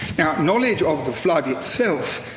now, knowledge of the flood, itself,